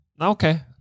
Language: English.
Okay